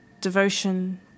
devotion